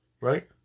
Right